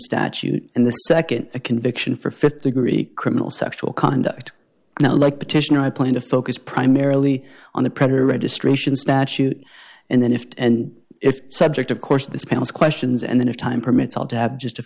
statute and the nd a conviction for th degree criminal sexual conduct now like petitioner i plan to focus primarily on the predator registration statute and then if and if subject of course of this panel's questions and then if time permits all tab just